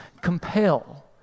compel